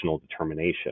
determination